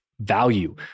value